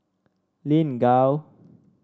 Lin Gao